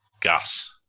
gas